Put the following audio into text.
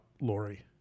Lori